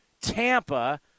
Tampa